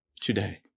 today